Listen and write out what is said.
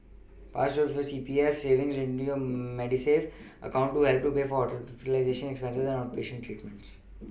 part of your C P F savings go into your Medisave account to help pay for hospitalization expenses and outpatient treatments